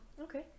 Okay